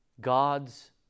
God's